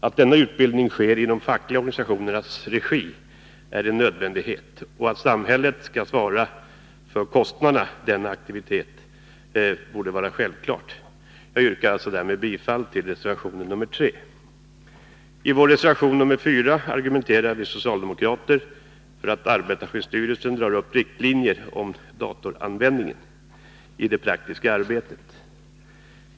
Att denna utbildning sker i de fackliga organisationernas regi är en nödvändighet, och att samhället skall svara för kostnaderna för denna aktivitet borde vara självklart. Jag yrkar härmed bifall till reservation 3. I vår reservation 4 argumenterar vi socialdemokrater för att arbetarskyddsstyrelsen skall dra upp riktlinjer för datoranvändningen i det praktiska arbetet.